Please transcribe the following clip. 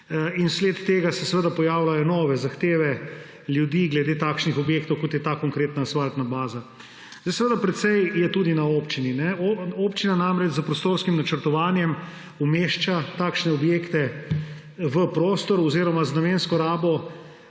in zaradi tega se pojavljajo nove zahteve ljudi glede takšnih objektov, kot je ta konkretna asfaltna baza. Seveda precej je tudi na občini. Občina namreč s prostorskim načrtovanjem umešča takšne objekte v prostor oziroma z namensko rabo